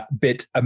bit